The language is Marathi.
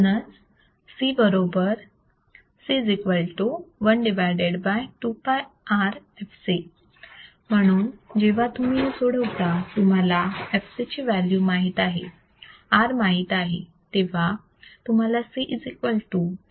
म्हणून C बरोबर C 1 2πRfc म्हणून जेव्हा तुम्ही हे सोडवता इथे तुम्हाला fc ची व्हॅल्यू माहित आहे R माहित आहे तेव्हा तुम्हाला C 79